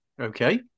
Okay